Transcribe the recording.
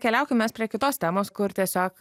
keliaukim mes prie kitos temos kur tiesiog